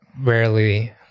rarely